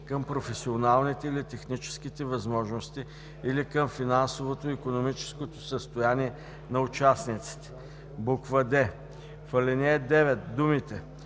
към професионалните или технически възможности, или към финансовото и икономическото състояние на участниците.“; д) в ал. 9 думите